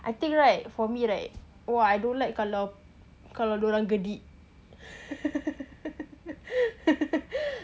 I think right for me right !wah! I don't like kalau kalau dorang gedik